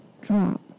drop